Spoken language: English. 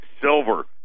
Silver